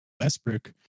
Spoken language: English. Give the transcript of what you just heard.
Westbrook